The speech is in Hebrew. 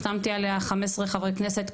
החתמתי עליה 15 חברי כנסת,